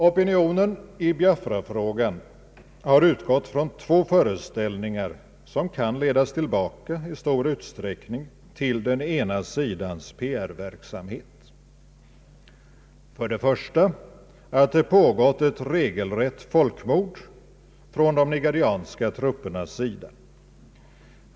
Opinionen i Biafrafrågan har utgått från två föreställningar som i stor utsträckning kan ledas tillbaka till den ena sidans PR-verksamhet. För det första att det pågått ett regelrätt folkmord från de nigerianska truppernas sida.